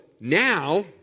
now